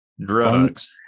Drugs